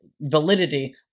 validity